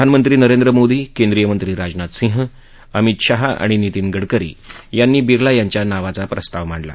प्रधानमंत्री नरेंद्र मोदी केंद्रीय मंत्री राजनाथ सिंह अमित शहा आणि नितीन गडकरी यांनी बिर्ला यांच्या नावाचा प्रस्ताव मांडला